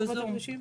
הקדושים?